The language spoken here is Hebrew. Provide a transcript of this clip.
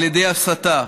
מהסתה.